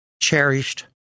cherished